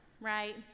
right